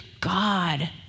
God